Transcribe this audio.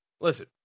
listen